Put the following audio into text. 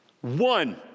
one